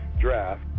draft